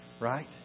right